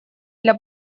для